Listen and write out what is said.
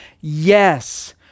Yes